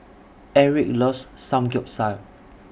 Eric loves Samgyeopsal